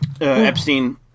Epstein